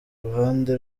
ruhande